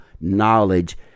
knowledge